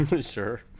sure